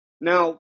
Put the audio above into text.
Now